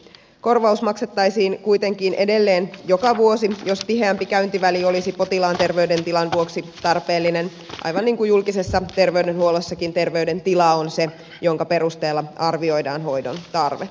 korvaus maksettaisiin kuitenkin edelleen joka vuosi jos tiheämpi käyntiväli olisi potilaan terveydentilan vuoksi tarpeellinen aivan niin kuin julkisessakin terveydenhuollossa terveydentila on se minkä perusteella arvioidaan hoidon tarve